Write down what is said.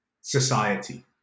society